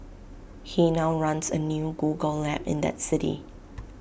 he now runs A new Google lab in that city